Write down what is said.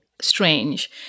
strange